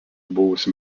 buvusi